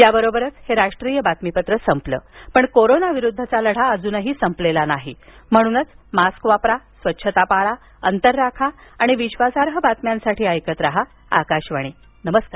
याबरोबरच हे राष्ट्रीय बातमीपत्र संपलं पण कोरोनाविरुद्धचा लढा अजून संपलेला नाही म्हणूनच मास्क वापरा स्वच्छता पाळा अंतर राखा आणि विश्वासार्ह बातम्यांसाठी ऐकत रहा आकाशवाणी नमस्कार